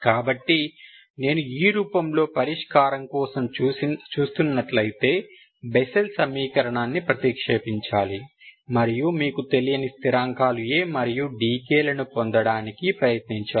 కాబట్టి నేను ఈ రూపంలో పరిష్కారం కోసం చూస్తున్నట్లయితే బెస్సెల్ సమీకరణాన్ని ప్రతిక్షేపించాలి మరియు మీకు తెలియని స్థిరాంకాలు A మరియు dk లని పొందడానికి ప్రయత్నించాలి